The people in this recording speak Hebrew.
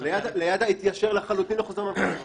ליד"ה התיישר לחלוטין עם חוזר מנכ"ל.